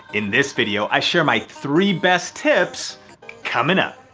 in this video, i share my three best tips coming up.